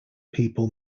people